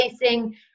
facing